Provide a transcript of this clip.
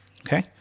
okay